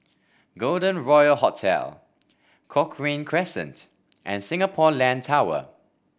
Golden Royal Hotel Cochrane Crescent and Singapore Land Tower